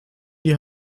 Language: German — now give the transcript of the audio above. die